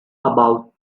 about